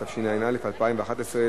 התשע"א 2011,